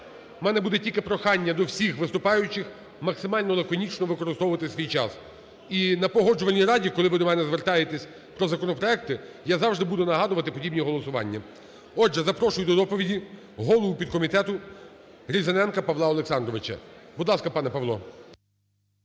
В мене буде тільки прохання до всіх виступаючих максимально лаконічно використовувати свій час, і на Погоджувальній раді, коли ви до мене звертаєтеся про законопроекти, я завжди буду нагадувати подібні голосування. Отже, запрошую до доповіді голову підкомітету Різаненка Павла Олександровича. Будь ласка, пане Павло.